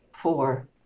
Four